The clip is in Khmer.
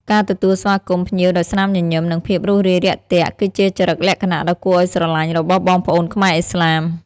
ការទទួលស្វាគមន៍ភ្ញៀវដោយស្នាមញញឹម និងភាពរួសរាយរាក់ទាក់ គឺជាចរិតលក្ខណៈដ៏គួរឱ្យស្រឡាញ់របស់បងប្អូនខ្មែរឥស្លាម។